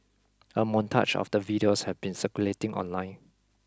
a montage of the videos have been circulating online